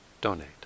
donate